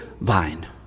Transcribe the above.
vine